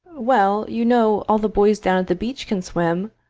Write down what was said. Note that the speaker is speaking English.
well, you know, all the boys down at the beach can swim.